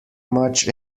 much